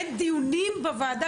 אין דיונים בוועדה.